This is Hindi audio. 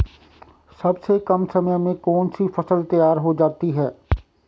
सबसे कम समय में कौन सी फसल तैयार हो जाती है?